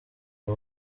uyu